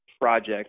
project